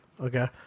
Okay